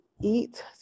eat